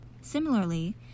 Similarly